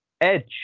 Edge